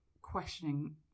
questioning